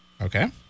Okay